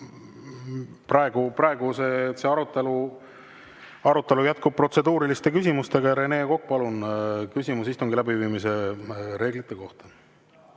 praegu see arutelu jätkub protseduuriliste küsimustega. Rene Kokk, palun, küsimus istungi läbiviimise reeglite kohta!